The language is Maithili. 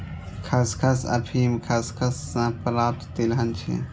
खसखस अफीम खसखस सं प्राप्त तिलहन छियै